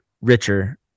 richer